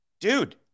Dude